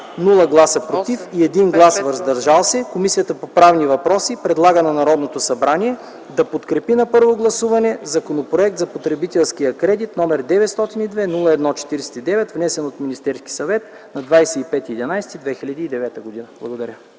без „против” и 1 глас „въздържал се” Комисията по правни въпроси предлага на Народното събрание да подкрепи на първо гласуване Законопроекта за потребителския кредит, № 902-01-49, внесен от Министерския съвет на 25.11.2009 г.” Благодаря.